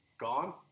gone